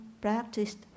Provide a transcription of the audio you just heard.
practiced